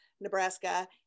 Nebraska